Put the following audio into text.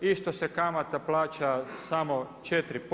Isto se kamata plaća samo 4%